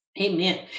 amen